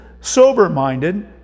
sober-minded